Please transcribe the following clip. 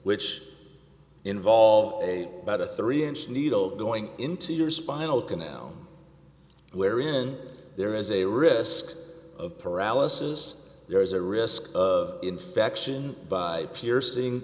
which involve about a three inch needle going into your spinal canal where in there is a risk of paralysis there is a risk of infection by piercing